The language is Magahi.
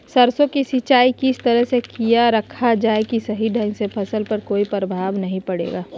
सरसों के सिंचाई किस तरह से किया रखा जाए कि सही ढंग से फसल पर कोई प्रभाव नहीं पड़े?